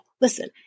listen